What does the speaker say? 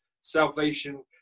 salvation